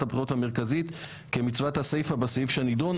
הבחירות המרכזית כמצוות הסיפא בסעיף שבנדון,